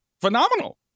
phenomenal